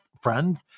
friends